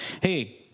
hey